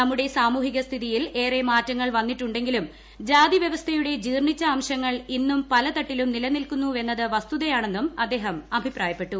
നമ്മുടെ സാമൂഹിക സ്ഥിതിയിൽ ഏറെ മാറ്റങ്ങൾ വന്നിട്ടുണ്ടെങ്കിലും ജാതി വൃവസ്ഥയുടെ ജീർണ്ണിച്ച അംശങ്ങൾ ഇന്നും പല തട്ടിലും നിലനിൽക്കുന്നുവെന്നത് വസ്തുതയാണെന്നും അദ്ദേഹം അഭിപ്രായപ്പെട്ടു